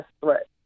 threat